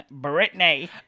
Britney